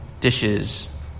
dishes